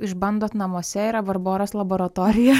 išbandot namuose yra barboros laboratorija